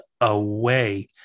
away